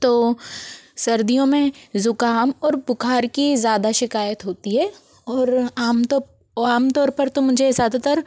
तो सर्दियों में जुकाम और बुखार की ज़्यादा शिकायत होती है और आम तो आमतौर पर तो मुझे ज़्यादातर